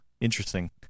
Interesting